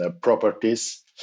properties